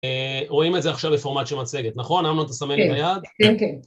רואים את זה עכשיו בפורמט שמצגת, נכון? אמנון תסמן לי ביד. כן, כן.